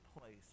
place